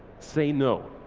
say no.